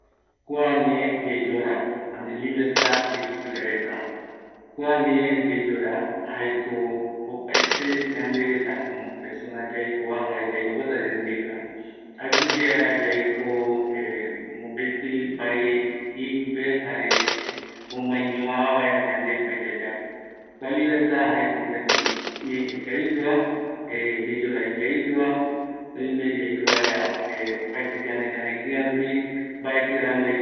kua ñee yeyora, ani libertad jei supe karairetava, kua ñee yeyora jaeko opaete yande reta como persona yaikova, jare yaipota yande yaikova, aguiyeara yaiko e mopëtï nbae iguipe jare omaeñoa vaera yande yayapova, kua libertad jaeko mopëtï ñee ikavigueva, yeyora ikavigueva, oime yaiko vaera, opaete yande ñanekïreïarupi, mbatï ramboeve.